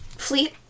Fleet